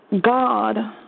God